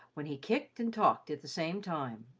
when he kicked and talked at the same time.